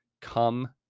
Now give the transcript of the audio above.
come